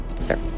Sir